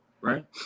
right